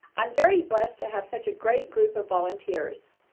i'm very blessed to have such a great group of volunteers.